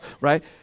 right